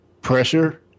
pressure